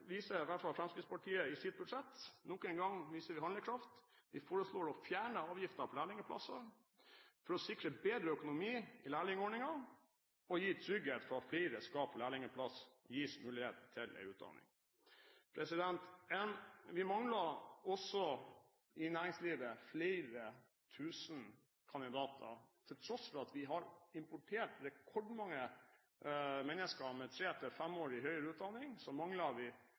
viser i hvert fall Fremskrittspartiet nok en gang handlekraft. Vi foreslår å fjerne avgiften på lærlingplasser for å sikre bedre økonomi i lærlingordningen og gi trygghet for at flere skal få lærlingplass og gis mulighet til en utdanning. Vi mangler også i næringslivet flere tusen kandidater. Til tross for at vi har importert rekordmange mennesker med tre- til femårig høyere utdanning, mangler vi